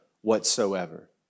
whatsoever